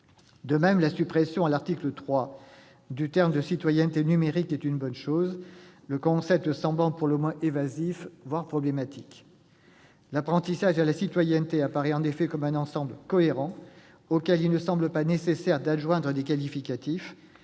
De même, la suppression, à l'article 3, de l'expression « citoyenneté numérique » est une bonne chose, le concept semblant pour le moins évasif, voire problématique. L'apprentissage de la citoyenneté apparaît en effet comme un ensemble cohérent, auquel il ne semble pas nécessaire d'adjoindre des qualificatifs,